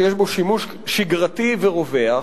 שיש בו שימוש שגרתי ורווח,